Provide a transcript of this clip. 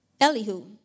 Elihu